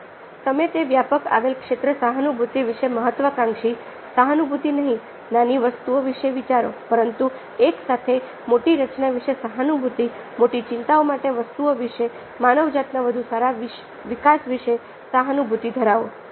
હવે તમે તે વ્યાપક આવેલ ક્ષેત્ર સહાનુભૂતિ વિશે મહત્વાકાંક્ષી સહાનુભૂતિ નહીં નાની વસ્તુઓ વિશે વિચારોપરંતુ એકસાથે મોટી રચના વિશે સહાનુભૂતિ મોટી ચિંતાઓ મોટી વસ્તુઓ વિશે માનવજાતના વધુ સારા વિકાસ વિશે સહાનુભૂતિ ધરાવો